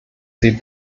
sie